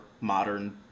modern